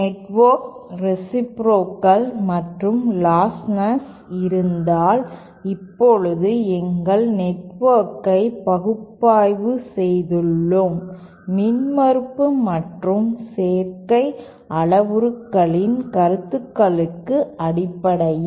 network reciprocal மற்றும் லாஸ்ட்லெஸாக இருந்தால் இப்போது எங்கள் நெட்வொர்க்கை பகுப்பாய்வு செய்துள்ளோம் மின்மறுப்பு மற்றும் சேர்க்கை அளவுருக்களின் கருத்துக்களுக்கு அடிப்படையில்